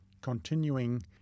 continuing